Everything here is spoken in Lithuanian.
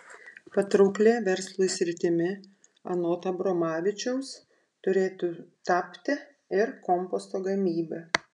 patrauklia verslui sritimi anot abromavičiaus turėtų tapti ir komposto gamyba